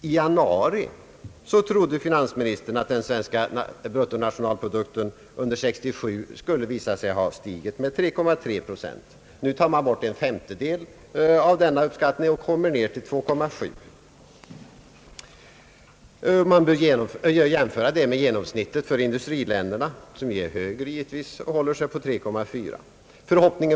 I januari i år trodde finansministern att den svenska bruttonationalprodukten under 1967 skulle visat sig ha stigit med 3,3 procent. Nu tar han bort en femtedel av denna uppskattning och kommer ned till 2,7 procent. Man bör jämföra den ökningen med genomsnittsökningen för industriländerna, som givetvis är högre och håller sig på 3,4 procent.